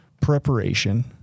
Preparation